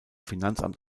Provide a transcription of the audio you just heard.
finanzamt